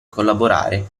collaborare